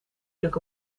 druk